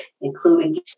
including